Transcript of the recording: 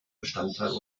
bestandteil